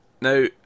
Now